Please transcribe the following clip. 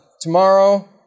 tomorrow